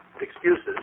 excuses